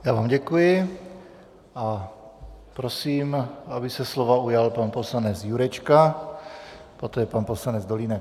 Já vám děkuji a prosím, aby se slova ujal pan poslanec Jurečka, poté pan poslanec Dolínek.